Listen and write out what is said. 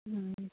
ꯎꯝ